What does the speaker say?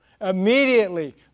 Immediately